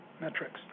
metrics